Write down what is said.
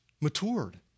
matured